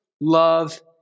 love